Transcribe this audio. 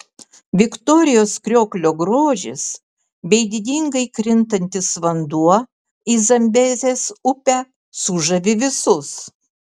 viktorijos krioklio grožis bei didingai krintantis vanduo į zambezės upę sužavi visus